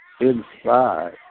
inside